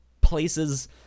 places